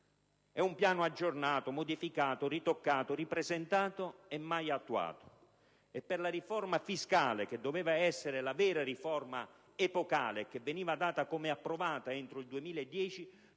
è un piano aggiornato, modificato, ritoccato, ripresentato e mai attuato. Per la riforma fiscale, che doveva essere la vera riforma epocale e che veniva data per approvata entro il 2010,